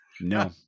No